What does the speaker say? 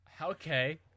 Okay